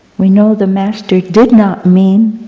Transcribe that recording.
we know the master did not mean